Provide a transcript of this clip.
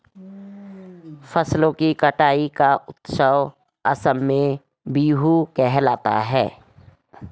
फसलों की कटाई का उत्सव असम में बीहू कहलाता है